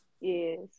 Yes